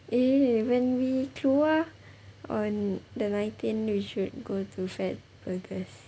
eh when we keluar on the nineteen we should go to fatburgers